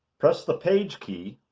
press the page key